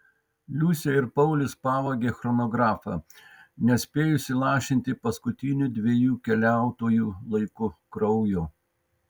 liusė ir paulius pavogė chronografą nespėjus įlašinti paskutinių dviejų keliautojų laiku kraujo